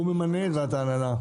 הוא ממנה את ועדת ההנהלה.